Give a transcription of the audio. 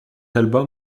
album